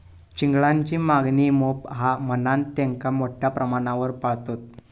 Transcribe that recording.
चिंगळांची मागणी मोप हा म्हणान तेंका मोठ्या प्रमाणावर पाळतत